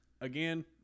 Again